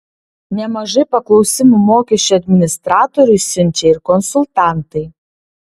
nemažai paklausimų mokesčių administratoriui siunčia ir konsultantai